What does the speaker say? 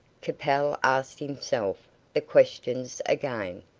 capel asked himself the questions again.